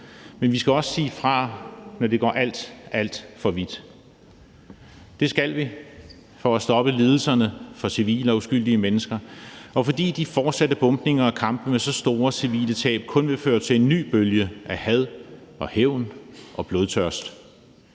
Men vi skal også sige fra, når det går alt, alt for vidt. Det skal vi for at stoppe lidelserne blandt civile og uskyldige mennesker, og fordi de fortsatte bombninger og kampe med så store civile tab kun vil føre til en ny bølge af had, hævn og blodtørst.